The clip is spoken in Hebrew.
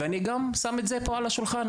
ואני גם שם את זה פה על השולחן,